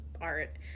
art